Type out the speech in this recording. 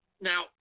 Now